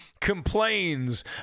complains